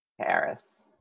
Paris